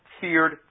feared